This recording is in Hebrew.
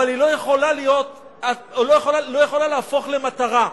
אבל היא לא יכולה להפוך למטרה.